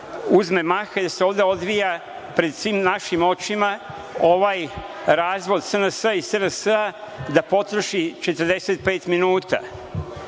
uzme maha i da se ovde odvija pred svim našim očima ovaj razvod SNS-a i SRS-a i da potroši 45 minuta. Drugo,